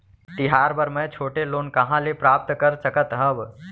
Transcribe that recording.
तिहार बर मै छोटे लोन कहाँ ले प्राप्त कर सकत हव?